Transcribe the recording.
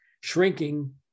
shrinking